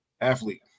athlete